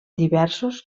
diversos